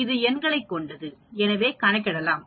இது எண்களைப் கொண்டது எனவே கணக்கிடலாம்